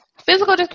physical